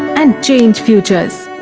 and change futures.